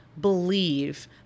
believe